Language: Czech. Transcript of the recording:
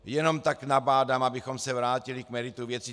Jenom tak nabádám, abychom se vrátili k meritu věci.